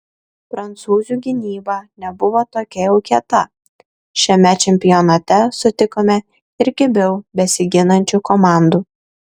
prancūzių gynyba nebuvo tokia jau kieta šiame čempionate sutikome ir kibiau besiginančių komandų